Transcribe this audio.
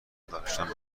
دانشمند